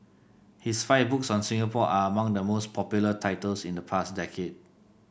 his five books on Singapore are among the most popular titles in the past decade